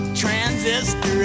transistor